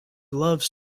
loves